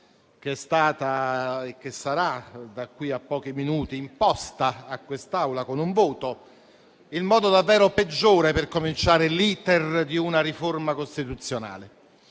che è stata fatta e che sarà da qui a pochi minuti imposta a quest'Assemblea con un voto: il modo davvero peggiore per cominciare l'*iter* di una riforma costituzionale.